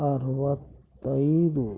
ಅರವತ್ತೈದು